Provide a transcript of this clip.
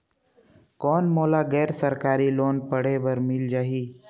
कौन मोला गैर सरकारी लोन पढ़े बर मिल जाहि?